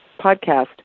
podcast